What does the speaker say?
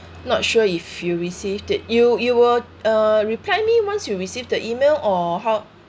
not sure if you received it you you will uh reply me once you received the email or how